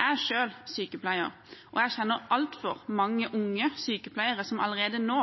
Jeg er selv sykepleier, og jeg kjenner altfor mange unge sykepleiere som allerede nå